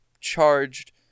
charged